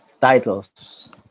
titles